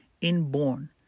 inborn